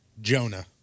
Jonah